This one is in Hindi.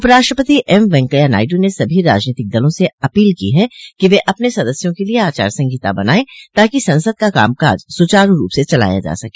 उप राष्ट्रपति एम वेंकैया नायडू ने सभी राजनीतिक दलों से अपील की है कि वे अपने सदस्यों के लिए आचार संहिता बनायें ताकि संसद का कामकाज सुचारू रूप से चलाया जा सके